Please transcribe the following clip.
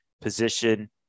position